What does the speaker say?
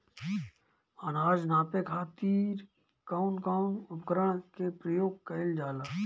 अनाज नापे खातीर कउन कउन उपकरण के प्रयोग कइल जाला?